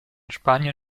spanien